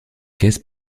caisse